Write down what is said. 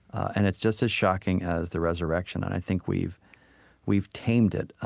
and it's just as shocking as the resurrection. and i think we've we've tamed it.